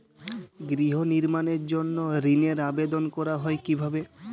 গৃহ নির্মাণের জন্য ঋণের আবেদন করা হয় কিভাবে?